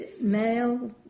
male